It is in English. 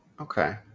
Okay